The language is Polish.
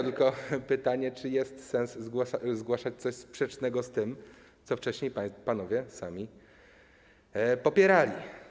Tylko pytanie: Czy jest sens zgłaszać coś sprzecznego z tym, co wcześniej panowie sami popierali?